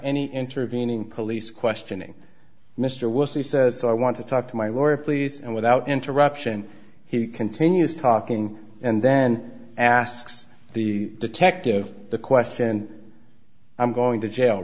any intervening police questioning mr wilson says i want to talk to my lord please and without interruption he continues talking and then asks the detective the question i'm going to jail